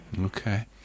Okay